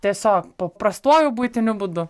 tiesiog paprastuoju buitiniu būdu